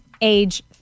age